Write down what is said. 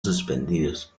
suspendidos